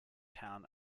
town